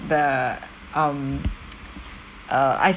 the um uh I